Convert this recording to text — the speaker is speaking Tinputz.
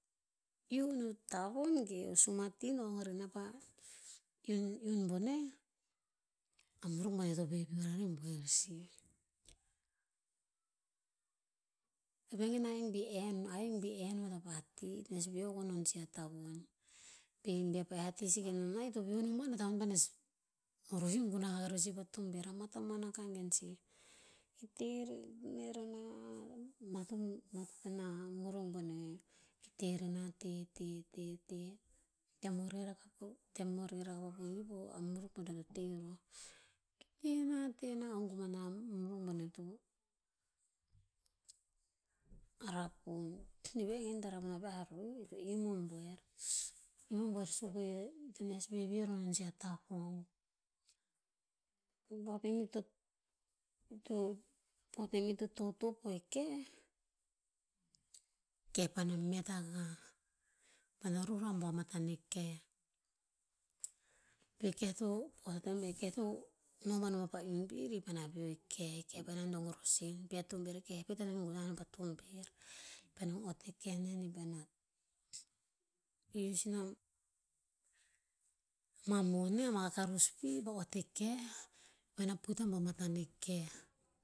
Iun o tavon geh o sumatin ong re na pa iun- iun bone, ah muruk to veveoh rare buer sih. Vegen ahik bih enn ahik bih enn o tah pah ti'i. To nes veoh akuk'ho non sih a tavon. Pih, bea pa eh atii skeh noh nah, ii to veoh noh buan, ah tavon pa nes rosin gunah rer sih pa tober a mah tamnan akah gen sih. Kii teh ren- teh renah, matop- matop ina muruk bone. Kii teh re nah, te- te- te- te- tem o reh rakah tem o reh rakah va ponih pa'ah muruk bone, to teh roh, ti'i teh nah- teh nah ong koman a muruk bone to rapun. I'ive gen i'i hikta rapun naviah roh, i tones veveoh roh non sih ah tavon. poh tem, to totep o eh keh, keh paena met akah. Paena ruh roh a bua matan eh keh. Peh keh to, poh tem eh keh to noh ban o mah pah iun pir, i paena veoh eh keh, keh paena dong rosin pih a tober eh. Eh keh ko hikta antoen gunah a non pah tober. Pa eh noh ott eh keh nen, i paena isii inah mah moniah, mah kakarus pih pah ott eh keh, paena puit abuah matan eh keh.